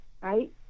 right